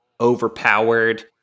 overpowered